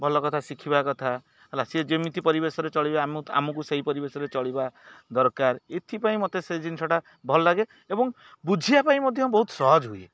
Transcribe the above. ଭଲ କଥା ଶିଖିବା କଥା ହେଲା ସିଏ ଯେମିତି ପରିବେଶରେ ଚଳିବେ ଆମକୁ ସେଇ ପରିବେଶ ରେ ଚଳିବା ଦରକାର ଏଥିପାଇଁ ମତେ ସେ ଜିନିଷଟା ଭଲ ଲାଗେ ଏବଂ ବୁଝିବା ପାଇଁ ମଧ୍ୟ ବହୁତ ସହଜ ହୁଏ